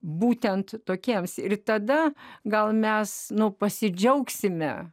būtent tokiems ir tada gal mes nu pasidžiaugsime